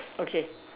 okay